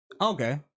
okay